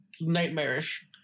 nightmarish